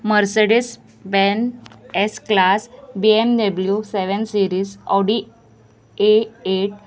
Mercedes Benz S class BMW seven series Audi a eight